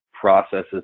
processes